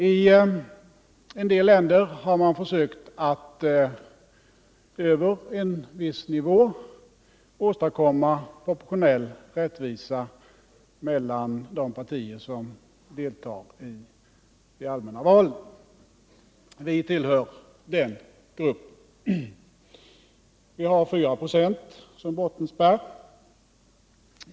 I en del länder har man försökt att över en viss nivå åstadkomma proportionell rättvisa mellan de partier som deltar i de allmänna valen. Vi tillhör den gruppen. Vi har 4 96 som bottenspärr.